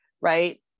right